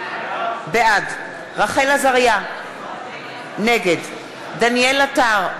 בעד רחל עזריה, נגד דניאל עטר,